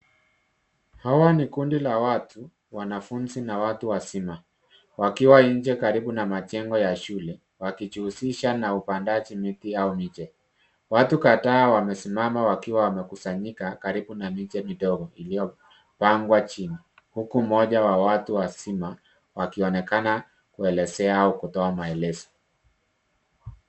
Hawa ni kundi la watu, wanafunzi na watu wazima wakiwa nje karibu na majengo ya shule wakijihusisha na upandaji miti au miche. Watu kadhaa wamesimama wakiwa wamekusanyika karibu na miche midogo iliyopangwa chini huku mmoja wa watu wazima wakionekana kuelezea au kutoa maelezo.